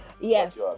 Yes